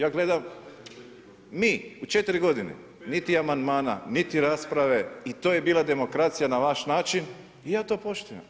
Ja gledam, mi u 4 godine niti amandmana, niti rasprave i to je bila demokracija na vaš način i ja to poštujem.